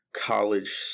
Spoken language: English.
college